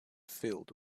filled